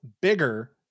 bigger